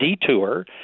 detour